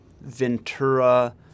Ventura